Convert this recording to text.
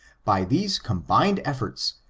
by these combined efibrts,